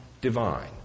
divine